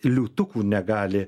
liūtukų negali